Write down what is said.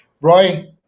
Roy